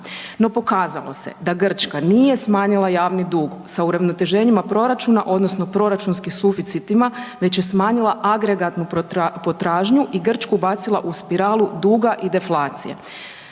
No pokazalo se da Grčka nije smanjila javni dug sa uravnoteženjima proračuna odnosno proračunskim suficitima, već je smanjila agregatnu potražnju i Grčku bacila u spiralu duga i deflacije.